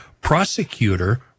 Prosecutor